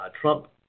Trump